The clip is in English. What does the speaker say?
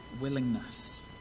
willingness